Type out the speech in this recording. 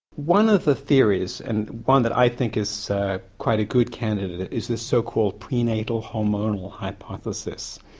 one of the theories, and one that i think is quite a good candidate, is this so called pre-natal hormonal hypothesis.